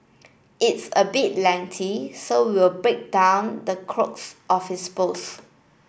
it's a bit lengthy so we will break down the crux of his post